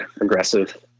aggressive